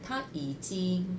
她已经